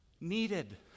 needed